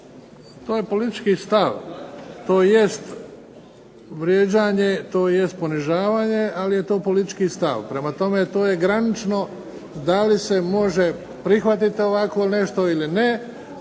To je politički stav. To jest vrijeđanje, to jest ponižavanje, ali je to politički stav, prema tome, to je granično da li se može prihvatiti ovako nešto ili ne.